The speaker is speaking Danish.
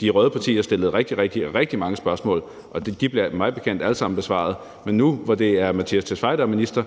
de røde partier stillede rigtig, rigtig mange spørgsmål, og de blev mig bekendt alle sammen besvaret. Men nu, hvor det er Mattias Tesfaye, der er minister,